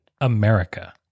America